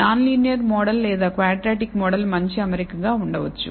non linear model లేదా quadratic model మంచి అమరిక గా ఉండవచ్చు